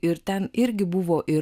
ir ten irgi buvo ir